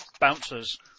bouncers